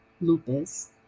lupus